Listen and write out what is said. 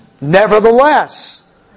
Nevertheless